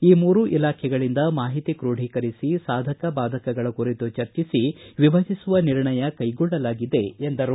ಈ ಮೂರು ಇಲಾಖೆಗಳಿಂದ ಮಾಹಿತಿ ಕೆಡ್ರಿಡೀಕರಿಸಿ ಸಾಧಕ ಬಾಧಕಗಳ ಕುರಿತು ಚರ್ಚಿಸಿ ವಿಭಜಿಸುವ ನಿರ್ಣಯ ಕೈಗೊಳ್ಳಲಾಗಿದೆ ಎಂದರು